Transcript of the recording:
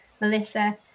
Melissa